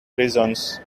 prisons